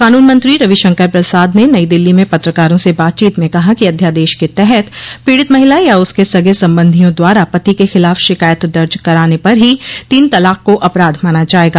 कानून मंत्री रविशंकर प्रसाद ने नई दिल्ली में पत्रकारों से बातचीत में कहा कि अध्यादेश के तहत पीड़ित महिला या उसके सगे संबंधियों द्वारा पति के खिलाफ शिकायत दर्ज कराने पर ही तीन तलाक को अपराध माना जाएगा